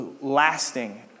lasting